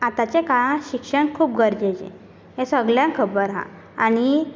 आतांच्या काळांत शिक्षण खूब गरजेचें हें सगळ्यांक खबर आसा आनी